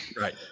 Right